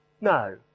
No